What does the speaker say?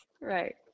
right